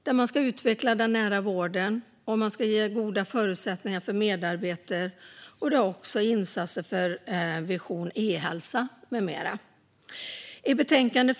Där ska man utveckla den nära vården, och man ska ge goda förutsättningar för medarbete. Det finns också insatser när det gäller Vision e-hälsa med mera. Fru talman!